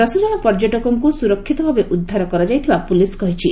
ଦଶ ଜଣ ପର୍ଯ୍ୟଟକଙ୍କୁ ସୁରକ୍ଷିତ ଭାବେ ଉଦ୍ଧାର କରାଯାଇଥିବା ପୁଲିସ୍ କହିଛି